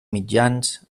mitjans